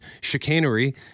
chicanery